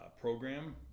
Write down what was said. program